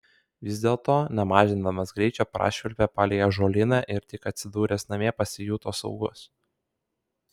vis dėlto nemažindamas greičio prašvilpė palei ąžuolyną ir tik atsidūręs namie pasijuto saugus